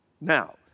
Now